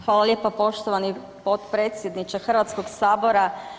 Hvala lijepa poštovani potpredsjedniče Hrvatskog sabora.